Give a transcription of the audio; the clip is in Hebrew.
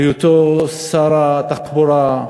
בהיותו שר התחבורה,